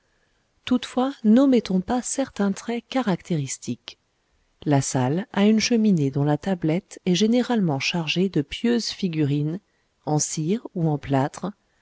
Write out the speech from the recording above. toutefois n'omettons pas certains traits caractéristiques la salle a une cheminée dont la tablette est généralement chargée de pieuses figurines en cire ou en plâtre